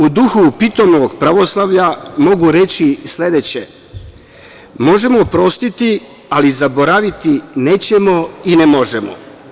U duhu Pitonovog pravoslavlja mogu reći sledeće - možemo oprostiti, ali zaboraviti nećemo i ne možemo.